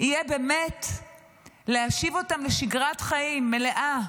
יהיה באמת להשיב אותם לשגרת חיים מלאה,